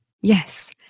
Yes